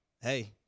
hey